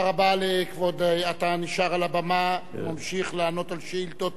אתה נשאר על הבמה וממשיך לענות על שאילתות דחופות.